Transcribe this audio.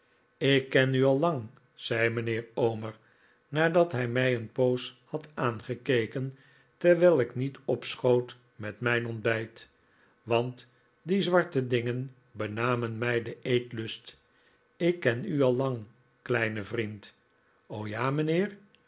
ik ken u al lang zei mijnheer omer nadat hij mij een poos had aangekeken terwijl ik niet opschoot met mijn ontbijt want die zwarte dingen benamen mij den eetlust ik ken u al lang kleine vriend r o ja mijnheer